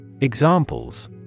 Examples